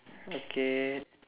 okay